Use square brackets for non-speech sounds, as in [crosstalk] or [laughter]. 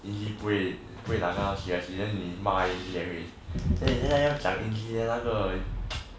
izzie 不会不会拿到 seriously then 你骂 leh izzie 还会不要讲 izzie 那个 [noise]